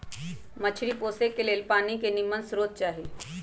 मछरी पोशे के लेल पानी के निम्मन स्रोत चाही